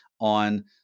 on